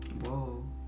Whoa